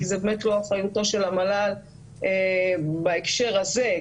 כי זו באמת לא אחריותו של המל"ל בהקשר הזה,